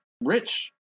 Rich